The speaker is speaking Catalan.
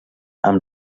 amb